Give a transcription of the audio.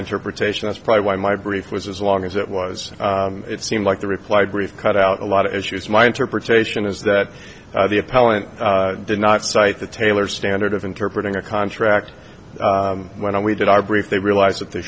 interpretation that's probably why my brief was as long as it was it seemed like the reply brief cut out a lot of issues my interpretation is that the appellant did not cite the taylor standard of interpreting a contract when we did our brief they realize that they